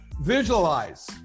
Visualize